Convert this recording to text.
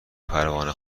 پروانه